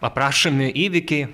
aprašomi įvykiai